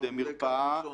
עובדי מרפאה,